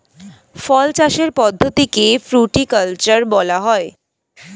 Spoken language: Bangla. ফল চাষের পদ্ধতিকে ফ্রুটিকালচার বলা হয়